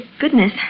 goodness